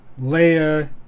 Leia